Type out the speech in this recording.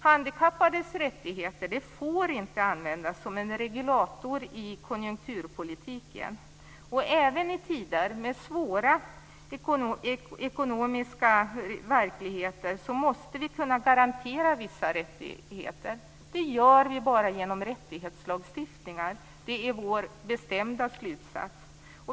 Handikappades rättigheter får inte användas som en regulator i konjunkturpolitiken. Även i tider med svåra ekonomiska verkligheter måste vi kunna garantera vissa rättigheter. Det gör vi bara genom rättighetslagstiftningar. Det är vår bestämda slutsats.